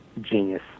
genius